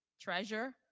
Treasure